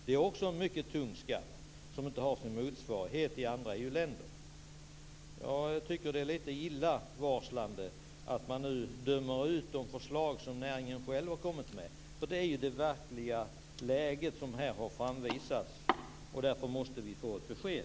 Det är också en mycket tung skatt som inte har sin motsvarighet i andra EU-länder. Jag tycker att det är illavarslande att man dömer ut de förslag som näringen själv har kommit med. Det är det verkliga läget som här har framvisats. Därför måste vi få ett besked.